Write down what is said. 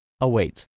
awaits